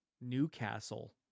Newcastle